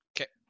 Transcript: Okay